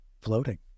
floating